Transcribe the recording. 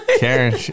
Karen